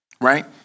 Right